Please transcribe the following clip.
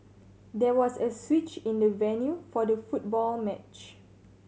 there was a switch in the venue for the football match